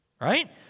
Right